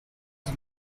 els